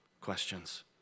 questions